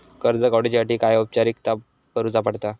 कर्ज काडुच्यासाठी काय औपचारिकता करुचा पडता?